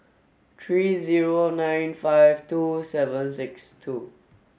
three zero nine five two seven six two